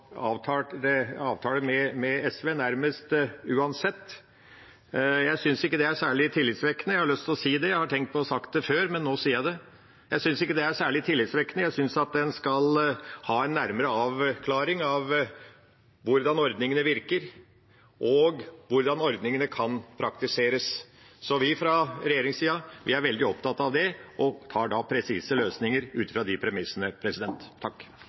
særlig tillitvekkende. Jeg har lyst til å si det. Jeg har tenkt på å si det før, men nå sier jeg det. Jeg synes ikke det er særlig tillitvekkende. Jeg synes at en skal ha en nærmere avklaring av hvordan ordningene virker, og hvordan ordningene kan praktiseres. Vi fra regjeringssida er veldig opptatt av det og har presise løsninger ut ifra de premissene.